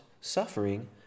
suffering